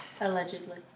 Allegedly